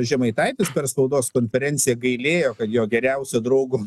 žemaitaitis per spaudos konferenciją gailėjo kad jo geriausio draugo